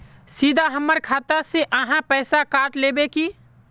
सीधा हमर खाता से ही आहाँ पैसा काट लेबे की?